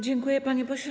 Dziękuję, panie pośle.